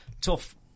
tough